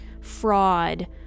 fraud